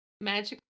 magic